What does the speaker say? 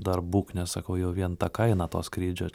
dar būk nes sakau jau vien ta kaina to skrydžio